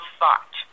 thought